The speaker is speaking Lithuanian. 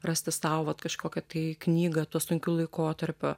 rasti sau vat kažkokią tai knygą tuo sunkiu laikotarpiu